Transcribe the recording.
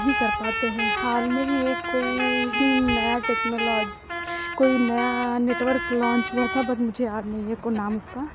नहीं कर पाते हैं हाल में ही एक कोई ही नया टेक्नोलॉजी कोई नया नेटवर्क लॉन्च हुआ था बट मुझे याद नहीं है को नाम उसका